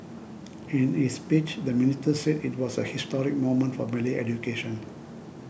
in his speech the minister said it was a historic moment for Malay education